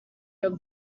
your